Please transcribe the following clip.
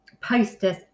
posters